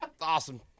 awesome